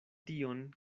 tion